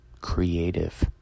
creative